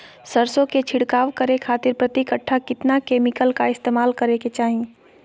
सरसों के छिड़काव करे खातिर प्रति कट्ठा कितना केमिकल का इस्तेमाल करे के चाही?